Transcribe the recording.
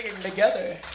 together